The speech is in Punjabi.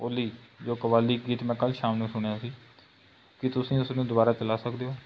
ਓਲੀ ਜੋ ਕਵਾਲੀ ਗੀਤ ਮੈਂ ਕੱਲ੍ਹ ਸ਼ਾਮ ਨੂੰ ਸੁਣਿਆ ਸੀ ਕੀ ਤੁਸੀਂ ਓਸਨੂੰ ਦੁਬਾਰਾ ਚਲਾ ਸਕਦੇ ਹੋ